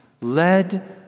led